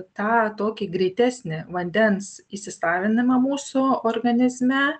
tą tokį greitesnį vandens įsisavinimą mūsų organizme